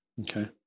okay